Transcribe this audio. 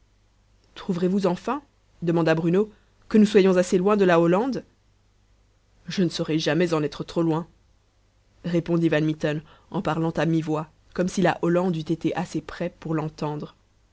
trouverez-vous enfin demanda bruno que nous soyons assez loin de la hollande je ne saurais jamais en être trop loin répondit van mitten en parlant à mi-voix comme si la hollande eût été assez près pour l'entendre